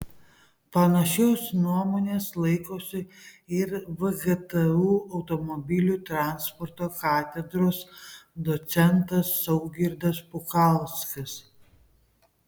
panašios nuomonės laikosi ir vgtu automobilių transporto katedros docentas saugirdas pukalskas